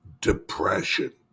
depression